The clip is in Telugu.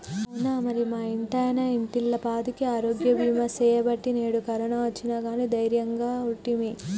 అవునా మరి మా ఇంటాయన ఇంటిల్లిపాదికి ఆరోగ్య బీమా సేయబట్టి నేడు కరోనా ఒచ్చిన గానీ దైర్యంగా ఉంటిమి